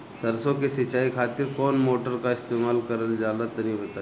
सरसो के सिंचाई खातिर कौन मोटर का इस्तेमाल करल जाला तनि बताई?